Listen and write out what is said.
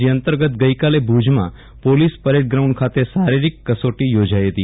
જે અંતર્ગત ગઇકાલે ભુજમાં પોલીસ પરેડ ગ્રાઉન્ડ ખાતે શારીરીક કસોટી યોજાઇ હતી